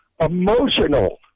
emotional